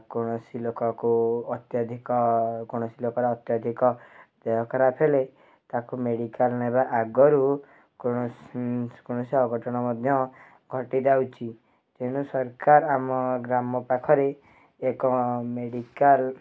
କୌଣସି ଲୋକକୁ ଅତ୍ୟଧିକ କୌଣସି ଲୋକର ଅତ୍ୟଧିକ ଦେହ ଖରାପ ହେଲେ ତାକୁ ମେଡ଼ିକାଲ୍ ନେବା ଆଗରୁ କୌଣସି କୌଣସି ଅଘଟଣ ମଧ୍ୟ ଘଟିଯାଉଚି ତେଣୁ ସରକାର ଆମ ଗ୍ରାମ ପାଖରେ ଏକ ମେଡ଼ିକାଲ୍